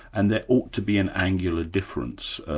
and there ought to be an angular difference,